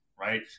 right